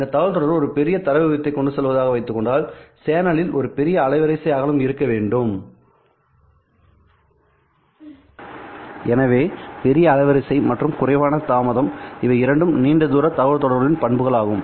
இந்த தகவல்தொடர்பு ஒரு பெரிய தரவு வீதத்தை கொண்டு செல்வதாக வைத்துக்கொண்டால் சேனலில் ஒரு பெரிய அலைவரிசை அகலம் இருக்க வேண்டும் எனவே பெரிய அலைவரிசை மற்றும் குறைவான தாமதம் இவை இரண்டும் நீண்ட தூர தகவல்தொடர்புகளின் பண்புகள் ஆகும்